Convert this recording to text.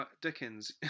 Dickens